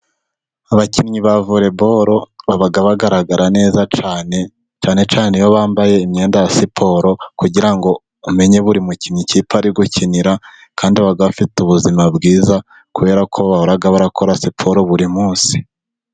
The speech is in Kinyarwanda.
Abakinnyi ba vole bolo baba bagaragara neza cyane . Cyane cyane iyo bambaye imyenda ya siporo, kugira ngo umenye buri mukinnyi ikipe ari gukinira . Kandi baba bafite ubuzima bwiza ,kubera ko bahora barakora siporo buri munsi.